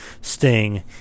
Sting